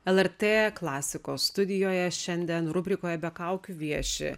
lrt klasikos studijoje šiandien rubrikoje be kaukių vieši